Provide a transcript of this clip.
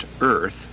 Earth